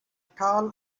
tall